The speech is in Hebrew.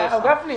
הרב גפני,